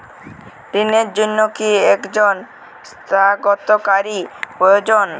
ঋণের জন্য কি একজন স্বাক্ষরকারী প্রয়োজন?